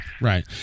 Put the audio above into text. Right